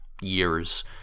years